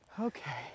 okay